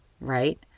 right